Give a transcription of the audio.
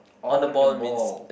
on the ball